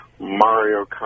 Mario